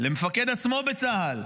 למפקד עצמו בצה"ל,